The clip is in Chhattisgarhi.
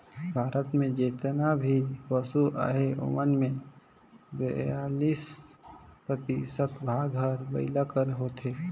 भारत में जेतना भी पसु अहें ओमन में बियालीस परतिसत भाग हर बइला कर होथे